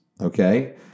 okay